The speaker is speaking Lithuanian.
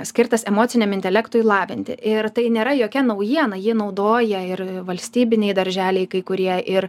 skirtas emociniam intelektui lavinti ir tai nėra jokia naujiena jį naudoja ir valstybiniai darželiai kai kurie ir